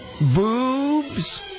boobs